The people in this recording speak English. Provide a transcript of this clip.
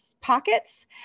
pockets